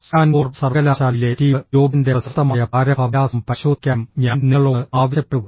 Stanford സർവകലാശാലയിലെ Steve ജോബ്സിന്റെ പ്രശസ്തമായ പ്രാരംഭ വിലാസം പരിശോധിക്കാനും ഞാൻ നിങ്ങളോട് ആവശ്യപ്പെട്ടു